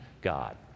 God